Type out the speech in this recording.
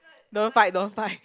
don't fight don't fight